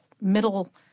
middle